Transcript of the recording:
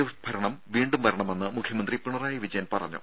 F ഭരണം വീണ്ടും വരണമെന്ന് മുഖ്യമന്ത്രി പിണറായി വിജയൻ പറഞ്ഞു